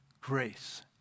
grace